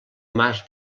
mas